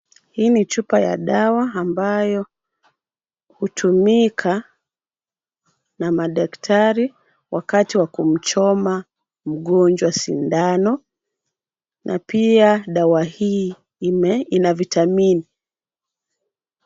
Hii ni chupa ya dawa ambayo hutumika na daktari wakati wa kumchoma mgonjwa sindano na pia dawa hii ina vitamin .